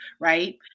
right